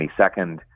22nd